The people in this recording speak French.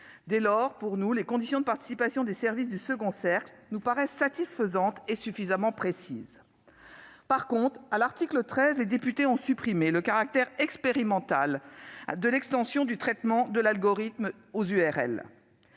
Dès lors, les conditions de participation de ces services nous paraissent satisfaisantes et suffisamment précises. En revanche, à l'article 13, les députés ont supprimé le caractère expérimental de l'extension du traitement par l'algorithme des URL,